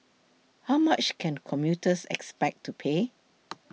how much can commuters expect to pay